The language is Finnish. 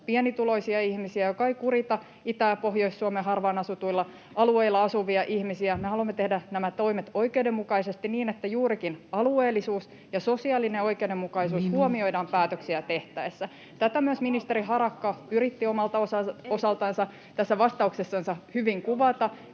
pienituloisia ihmisiä, joka ei kurita Itä‑ ja Pohjois-Suomen harvaan asutuilla alueilla asuvia ihmisiä. Me haluamme tehdä nämä toimet oikeudenmukaisesti niin, että juurikin alueellisuus ja sosiaalinen oikeudenmukaisuus [Puhemies: Minuutti!] huomioidaan päätöksiä tehtäessä. Tätä myös ministeri Harakka yritti omalta osaltansa tässä vastauksessansa hyvin kuvata,